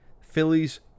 Phillies